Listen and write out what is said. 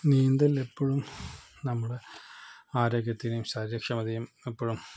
നീന്തലിലെപ്പോഴും നമ്മുടെ ആരോഗ്യത്തിനെയും ശാരീരിക ക്ഷമതയെയും എപ്പോഴും